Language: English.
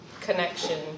connection